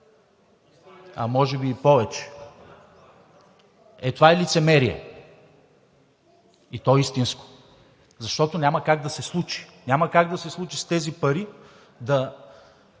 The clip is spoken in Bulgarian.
а може би и повече. Е, това е лицемерие, и то истинско, защото няма как да се случи. Няма как да се случи с тези пари да